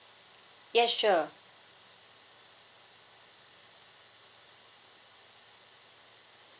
yes sure